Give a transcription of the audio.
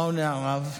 מה עונה הרב?